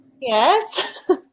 Yes